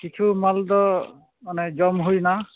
ᱠᱤᱪᱷᱩ ᱢᱟᱞ ᱫᱚ ᱚᱱᱮ ᱡᱚᱢ ᱦᱩᱭᱮᱱᱟ